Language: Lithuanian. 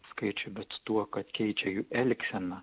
skaičių bet tuo kad keičia jų elgseną